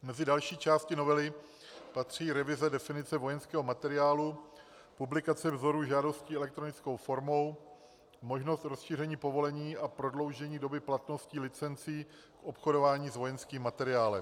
Mezi další části novely patří revize definice vojenského materiálu, publikace vzorů žádostí elektronickou formou, možnost rozšíření povolení a prodloužení doby platnosti licencí v obchodování s vojenským materiálem.